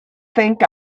think